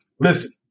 listen